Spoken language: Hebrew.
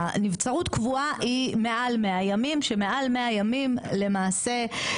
נבצרות קבועה היא מעל 100 ימים שמעל 100 ימים למעשה.